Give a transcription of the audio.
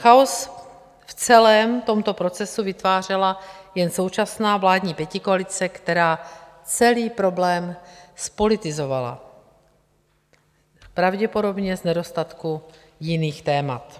Chaos v celém tomto procesu vytvářela jen současná vládní pětikoalice, která celý problém zpolitizovala, pravděpodobně z nedostatku jiných témat.